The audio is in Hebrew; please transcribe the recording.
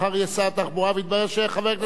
והתברר שחבר הכנסת מוחמד ברכה.